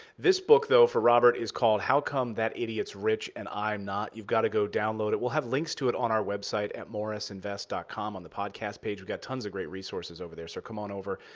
this book, though, for robert is called, how come that idiot's rich and i'm not? you've got to go download it. we'll have links to it on our website at morrisinvest com, on the podcast page. we got tons of great resources over there. so come on over.